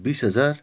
बिस हजार